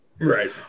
Right